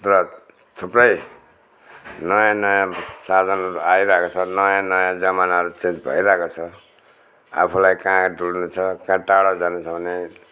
र थुप्रै नयाँ नयाँ साधनहरू आइरहेको छन् नयाँ नयाँ जमानाहरू चेन्ज भइरहेको छ आफूलाई कहाँ डुल्नु छ कहाँ टाढो जानु छ भने